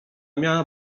miała